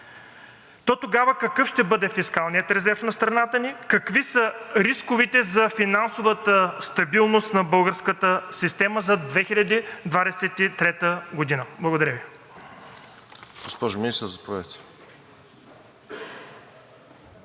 то тогава какъв ще бъде фискалният резерв на страната ни? Какви са рисковете за финансовата стабилност на българската система за 2023 г.? Благодаря Ви.